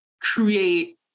create